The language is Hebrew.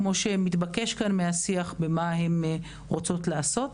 כמוש מתבקש מהשיח, מה הן רוצות לעשות.